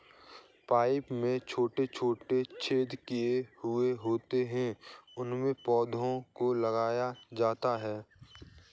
pipe में छोटे छोटे छेद किए हुए होते हैं उनमें पौधों को लगाया जाता है